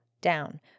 down